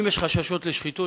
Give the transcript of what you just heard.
אם יש חששות לשחיתות,